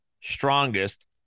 strongest